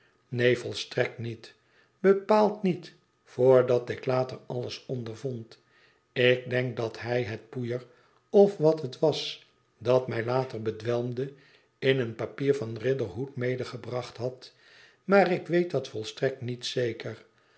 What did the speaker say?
neen volstrekt niet bepaald niet voordat ik later alles ondervond ik denk dat hij het poeier of wat het was dat mij later bedwelmde in een papier van riderhood medegebracht had maar ik weet dat volstrekt niet zeker